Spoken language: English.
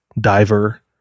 diver